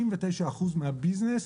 99% מהביזנס,